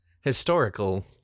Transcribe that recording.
historical